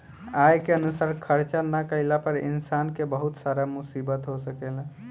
आय के अनुसार खर्चा ना कईला पर इंसान के बहुत सारा मुसीबत हो सकेला